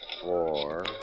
four